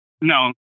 No